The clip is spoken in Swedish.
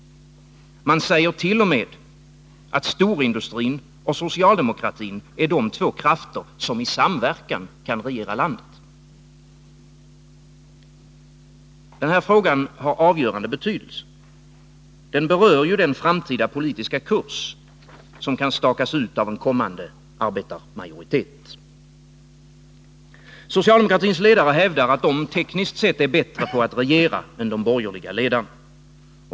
Man säger t.o.m. att storindustrin och socialdemokratin är de två krafter som i samverkan kan regera landet. Den här frågan har avgörande betydelse. Den berör den framtida politiska kurs som stakas ut av en kommande arbetarmajoritet. Socialdemokratins ledare hävdar att de tekniskt sett är bättre på att regera än de borgerliga ledarna.